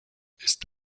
ist